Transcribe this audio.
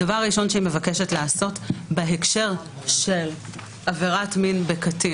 הדבר הראשון שהיא מבקשת לעשות בהקשר של עבירת מין בקטין